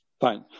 fine